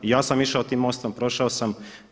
I ja sam išao tim mostom, prošao sa.